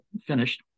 finished